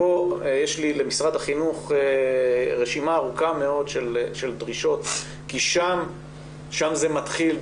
כאן יש לי למשרד החינוך רשימה ארוכה מאוד של דרישות כי שם זה מתחיל,